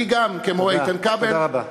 אני גם, כמו איתן כבל,